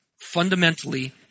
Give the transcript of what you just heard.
Fundamentally